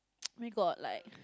we got like